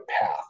path